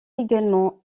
également